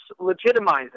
legitimizing